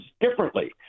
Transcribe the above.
differently